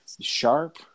sharp